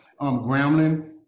Gremlin